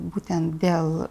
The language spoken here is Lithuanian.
būtent dėl